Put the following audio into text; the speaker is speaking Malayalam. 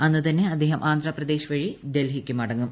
അന്നുതന്നെ അദ്ദേഹം ആന്ധ്രാപ്രദേശ് വഴി ഡൽഹിക്ക് മടങ്ങും